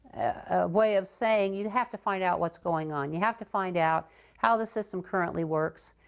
a way of saying, you'd have to find out what's going on. you have to find out how the system currently works.